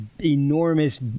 enormous